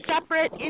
separate